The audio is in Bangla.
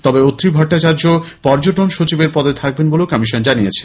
তবে অত্রি ভট্টাচার্য পর্যটন সচিবের পদে থাকবেন থাকবেন বলেও কমিশন জানিয়েছেন